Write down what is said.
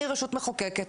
אני רשות מחוקקת.